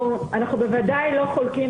אנחנו בוודאי לא חולקים,